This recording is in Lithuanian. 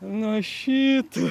nuo šitų